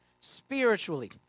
spiritually